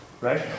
Right